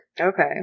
Okay